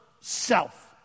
self